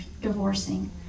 divorcing